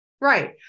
Right